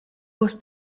was